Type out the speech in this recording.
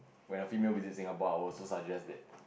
when a female visiting Singapore I will also suggest that